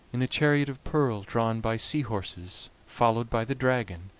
in a chariot of pearl drawn by sea-horses, followed by the dragon,